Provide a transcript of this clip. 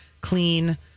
clean